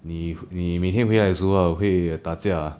你你每天回的时候啊会打架啦